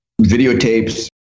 videotapes